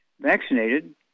Vaccinated